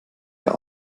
ihr